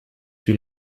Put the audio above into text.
sur